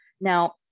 Now